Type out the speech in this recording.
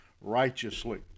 righteously